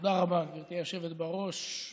תודה רבה, גברתי היושבת בראש.